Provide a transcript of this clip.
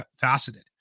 faceted